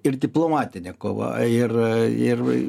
ir diplomatinė kova ir ir